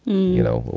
you know? well,